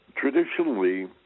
traditionally